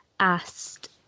asked